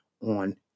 on